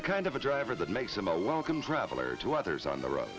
the kind of a driver that makes him a welcome traveler to others on the road